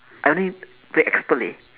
I only play expert leh